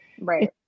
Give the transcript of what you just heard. right